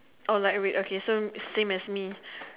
oh light red okay so same as me